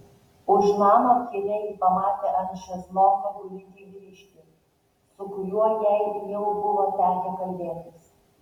už namo kieme ji pamatė ant šezlongo gulintį vyriškį su kuriuo jai jau buvo tekę kalbėtis